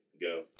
go